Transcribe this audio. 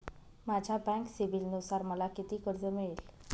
माझ्या बँक सिबिलनुसार मला किती कर्ज मिळेल?